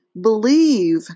believe